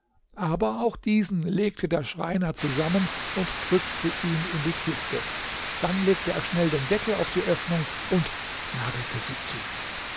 aber auch diesen legte der schreiner zusammen und drückte ihn in die kiste dann legte er schnell den deckel auf die öffnung und nagelte sie zu